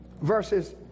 verses